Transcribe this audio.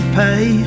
pay